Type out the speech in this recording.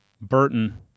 Burton